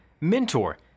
mentor